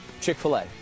Chick-fil-A